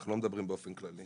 אנחנו לא מדברים באופן כללי.